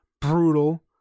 brutal